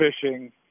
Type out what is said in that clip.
fishing